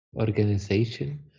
organization